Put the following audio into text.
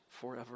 forever